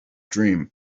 dream